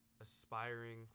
aspiring